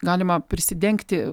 galima prisidengti